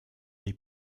dei